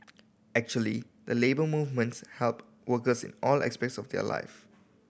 actually the Labour Movements help workers in all aspects of their life